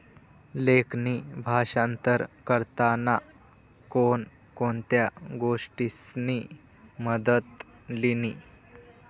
लेखणी भाषांतर करताना कोण कोणत्या गोष्टीसनी मदत लिनी